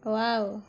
wow